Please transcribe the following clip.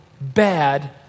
bad